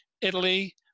Italy